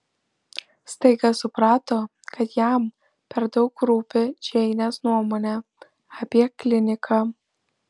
staiga suprato kad jam per daug rūpi džeinės nuomonė apie kliniką